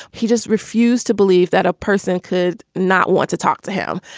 he just refused to believe that a person could not want to talk to him.